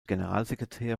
generalsekretär